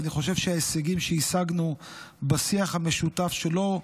אני חושב שההישגים שהשגנו בשיח המשותף שלו,